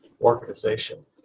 organization